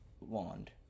wand